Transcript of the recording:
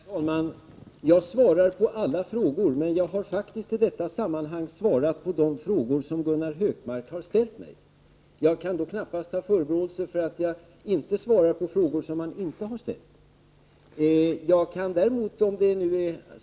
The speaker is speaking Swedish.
Herr talman! Jag svarar på alla frågor. Jag har i detta sammanhang faktiskt svarat på de frågor som Gunnar Hökmark har ställt till mig. Jag kan då knappast förebrås för att jag inte svarar på frågor som Gunnar Hökmark inte har ställt till mig.